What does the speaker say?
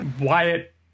Wyatt